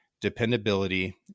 dependability